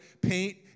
paint